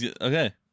Okay